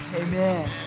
amen